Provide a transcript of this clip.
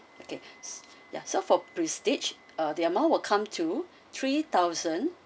okay ya so for prestige ah the amount will come to three thousand